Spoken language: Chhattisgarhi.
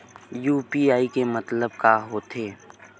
यू.पी.आई के मतलब का होथे?